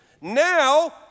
now